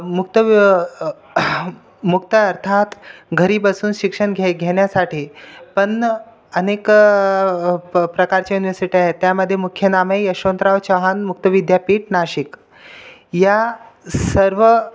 मुक्त व मुक्त अर्थात घरी बसून शिक्षण घ्याय घेण्यासाठी पण अनेक प प्रकारच्या युनिव्हर्सिटी आहेत त्यामध्ये मुख्य नामे यशवंतराव चव्हाण मुक्त विद्यापीठ नाशिक या सर्व